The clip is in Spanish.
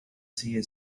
sigue